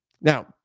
Now